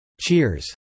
Cheers